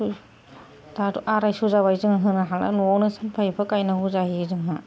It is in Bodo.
दा आरायस' जाबाय जों होनो हाला न'आवनो सानफा एफा गायनांगौ जायो जोंहा